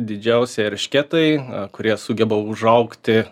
didžiausi eršketai kurie sugeba užaugti